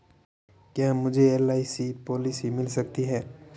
क्या मुझे LIC policy मिल सकती है?